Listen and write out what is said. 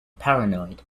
paranoid